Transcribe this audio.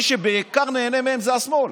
מי שבעיקר נהנה מהם זה השמאל,